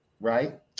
right